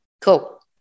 Cool